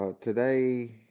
Today